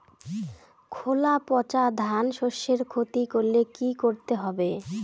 খোলা পচা ধানশস্যের ক্ষতি করলে কি করতে হবে?